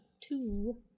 two